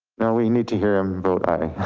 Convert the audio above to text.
we need to hear him vote aye.